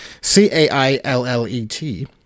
C-A-I-L-L-E-T